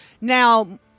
Now